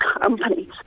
companies